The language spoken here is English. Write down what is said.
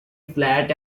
flat